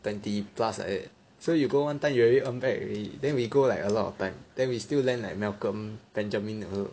twenty plus like that so you go one time you already earn back already then we go like a lot of time then we still lend like Malcolm Benjamin uh